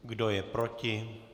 Kdo je proti?